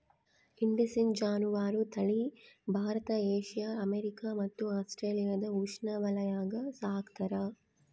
indicine ಜಾನುವಾರು ತಳಿ Bharat Asia America ಮತ್ತು ಆಸ್ಟ್ರೇಲಿಯಾದ ಉಷ್ಣವಲಯಾಗ ಸಾಕ್ತಾರ